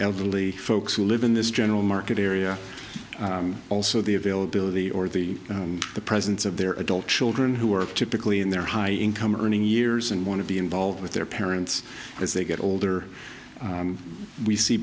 elderly folks who live in this general market area also the availability or the the presence of their adult children who are typically in their high income earning years and want to be involved with their parents as they get older we see